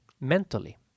mentally